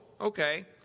okay